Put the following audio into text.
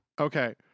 Okay